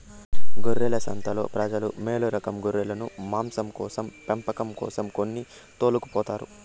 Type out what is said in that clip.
గొర్రెల సంతలో ప్రజలు మేలురకం గొర్రెలను మాంసం కోసం పెంపకం కోసం కొని తోలుకుపోతారు